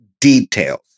details